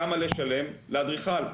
כמה לשלם לאדריכל.